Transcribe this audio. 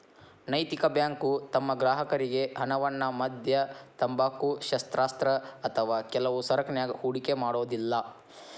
ನೈತಿಕ ಬ್ಯಾಂಕು ತಮ್ಮ ಗ್ರಾಹಕರ್ರಿಗೆ ಹಣವನ್ನ ಮದ್ಯ, ತಂಬಾಕು, ಶಸ್ತ್ರಾಸ್ತ್ರ ಅಥವಾ ಕೆಲವು ಸರಕನ್ಯಾಗ ಹೂಡಿಕೆ ಮಾಡೊದಿಲ್ಲಾ